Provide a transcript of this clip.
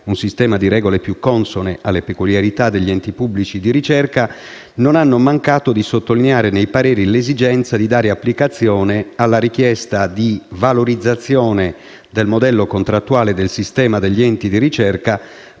un sistema di regole più consone alle peculiarità degli enti pubblici di ricerca, non hanno mancato di sottolineare, nei pareri, l'esigenza di dare applicazione alla richiesta di valorizzazione del modello contrattuale del sistema degli enti di ricerca,